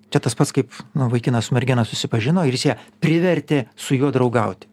čia tas pats kaip nu vaikinas su mergina susipažino ir jis ją privertė su juo draugauti